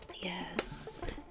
Yes